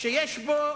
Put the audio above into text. שיש בו